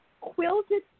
quilted